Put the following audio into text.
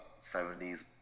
70s